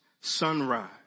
sunrise